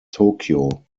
tokyo